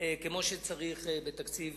כמו שצריך בתקציב